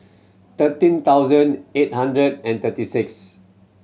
thirteen thousand eight hundred and thirty six